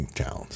towns